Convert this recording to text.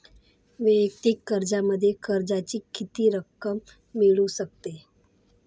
वैयक्तिक कर्जामध्ये कर्जाची किती रक्कम मिळू शकते?